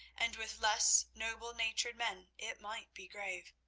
and with less noble-natured men it might be grave.